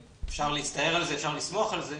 אפשר להצטער על זה, אפשר לסמוך על זה.